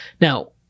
Now